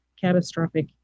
catastrophic